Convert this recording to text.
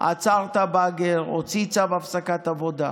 עצר את הבאגר, הוציא צו הפסקת עבודה.